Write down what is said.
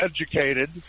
educated